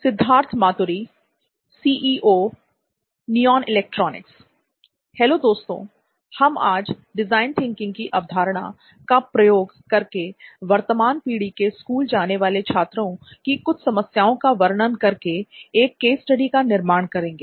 Siddharth Maturi hello दोस्तों हम आज डिजाइन थिंकिंग की अवधारणा का प्रयोग करके वर्तमान पीढ़ी के स्कूल जाने वाले छात्रों की कुछ समस्याओं का वर्णन करके एक केस स्टडी का निर्माण करेंगे